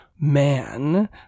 man